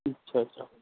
اچھا اچھا